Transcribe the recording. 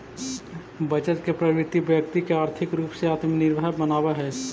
बचत के प्रवृत्ति व्यक्ति के आर्थिक रूप से आत्मनिर्भर बनावऽ हई